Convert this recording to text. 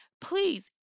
please